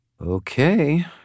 Okay